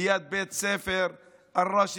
ליד בית ספר אל-ראשידיה,